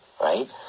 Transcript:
right